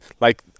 like-